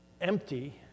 empty